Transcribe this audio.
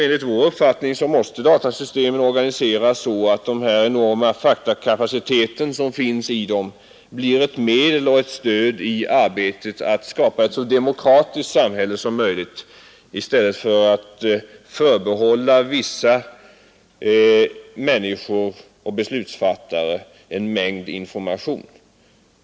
Enligt vår uppfattning måste datasystemen organiseras så att den enorma faktakapacitet som finns i dem blir ett medel och ett stöd i arbetet att skapa ett så demokratiskt samhälle som möjligt i stället för att förbehålla vissa människor och beslutsfattare en mängd information.